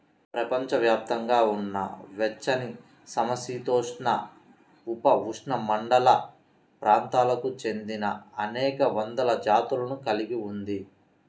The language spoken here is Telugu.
ప్రపంచవ్యాప్తంగా ఉన్న వెచ్చనిసమశీతోష్ణ, ఉపఉష్ణమండల ప్రాంతాలకు చెందినఅనేక వందల జాతులను కలిగి ఉంది